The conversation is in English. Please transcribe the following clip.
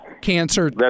cancer